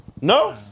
No